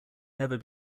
never